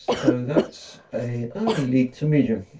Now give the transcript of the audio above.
so that's a early leek to medium.